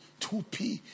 2p